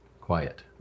quiet